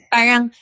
Parang